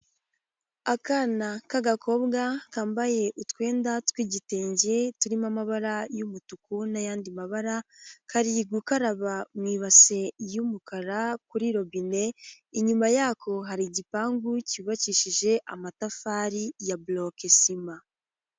Akana k'agakobwa kambaye utwenda tw'igitenge, turimo amabara y'umutuku n'ayandi mabara, kari gukaraba mu ibase y'umukara kuri robine, inyuma yako hari igipangu cyubakishije amatafari ya buroke sima.